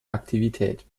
aktivität